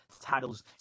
titles